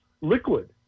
liquid